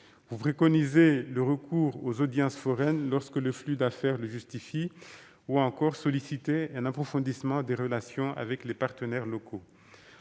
Vous y préconisez le recours aux audiences foraines lorsque le flux d'affaires le justifie ou encore un approfondissement des relations avec les partenaires locaux.